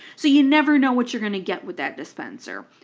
so you never know what you're going to get with that dispenser.